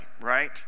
right